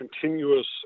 continuous